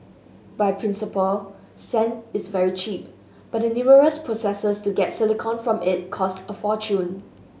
by principle sand is very cheap but the numerous processes to get silicon from it cost a fortune